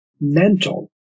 mental